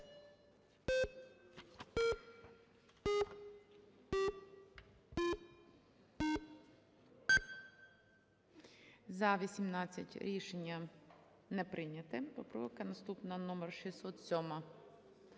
За-18 Рішення не прийнято. Поправка наступна, номер 607.